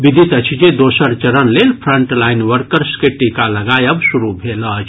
विदित अछि जे दोसर चरण लेल फ्रंट लाईन वर्कर्स के टीका लगायब शुरू भेल अछि